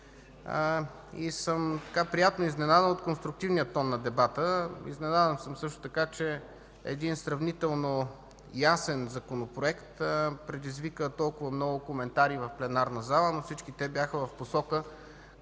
и съм приятно изненадан от конструктивния му тон. Изненадан съм също така, че един сравнително ясен Законопроект предизвика толкова много коментари в пленарната зала, но всички те бяха в посока